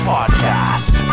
Podcast